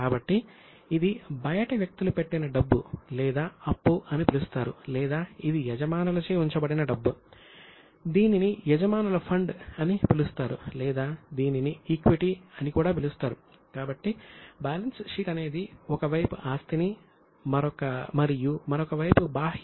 కాబట్టి ఇది బయటి వ్యక్తులు పెట్టిన డబ్బు లేదా అప్పు అని పిలుస్తారు లేదా ఇది యజమానులచే ఉంచబడిన డబ్బు దీనిని యజమానుల ఫండ్ అని పిలుస్తారు లేదా దీనిని ఈక్విటీ ను సంగ్రహించే ఒక ప్రకటన